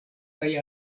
kaj